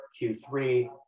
Q3